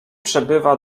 przebywa